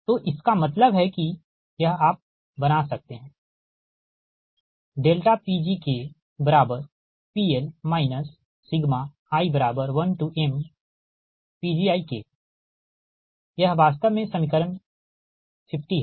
तो इसका मतलब है कि यह आप बना सकते हैं PgKPL i1mPgiK यह वास्तव में समीकरण 50 है ठीक